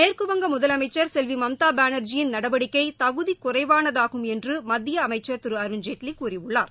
மேற்குவங்க முதலமைச்சர் செல்வி மம்தா பானர்ஜியின் நடவடிக்கை தகுதி குறைவானதாகும் என்று மத்திய அமைச்சர் திரு அருண்ஜேட்லி கூறியுள்ளார்